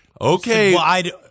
Okay